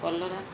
କଲରା